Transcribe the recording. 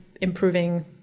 improving